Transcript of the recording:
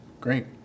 great